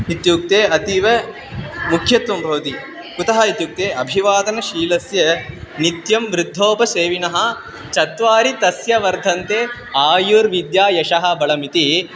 इत्युक्ते अतीव मुख्यत्वं भवति कुतः इत्युक्ते अभिवादनशीलस्य नित्यं वृद्धोपसेविनः चत्वारि तस्य वर्धन्ते आयुर्विद्या यशः बलम् इति